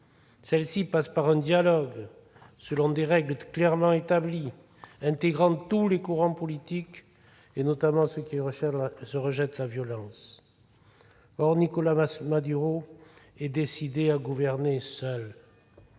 Celle-ci passe par un dialogue, selon des règles clairement établies, intégrant tous les courants politiques, notamment ceux qui rejettent la violence. Or Nicolás Maduro est décidé à gouverner seul.